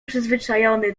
przyzwyczajony